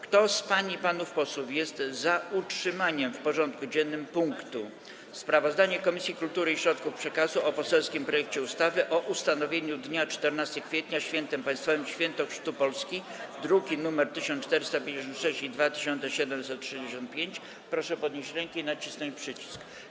Kto z pań i panów posłów jest za utrzymaniem w porządku dziennym punktu: Sprawozdanie Komisji Kultury i Środków Przekazu o poselskim projekcie ustawy o ustanowieniu dnia 14 kwietnia - Świętem Państwowym - „Święto Chrztu Polski”, druki nr 1456 i 2765, proszę podnieść rękę i nacisnąć przycisk.